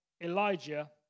Elijah